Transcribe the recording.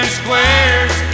squares